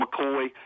McCoy